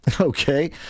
Okay